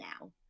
now